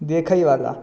देखयवला